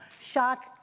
shock